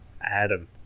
adam